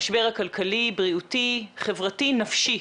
המשבר הכלכלי, בריאותי, חברתי, נפשי,